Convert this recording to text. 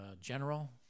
general